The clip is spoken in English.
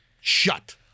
shut